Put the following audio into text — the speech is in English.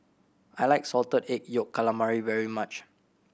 I like Salted Egg Yolk Calamari very much